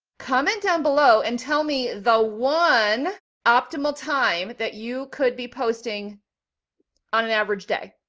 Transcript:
comment down below and tell me the one optimal time that you could be posting on an average day.